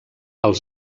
els